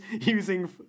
Using